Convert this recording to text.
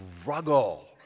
struggle